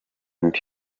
undi